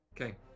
Okay